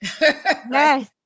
Yes